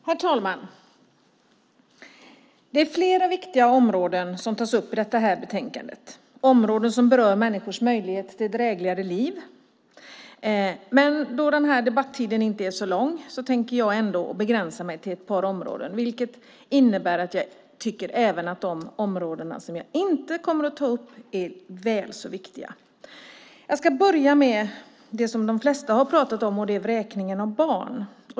Herr talman! Flera viktiga områden som berör människors möjlighet till drägligare liv tas upp i betänkandet. Min talartid är kort, så jag tänker begränsa mig till ett par områden. Det betyder dock inte att jag inte tycker att övriga områden är väl så viktiga. Jag börjar med något som de flesta tagit upp, nämligen vräkningen av barn.